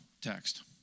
text